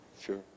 Sure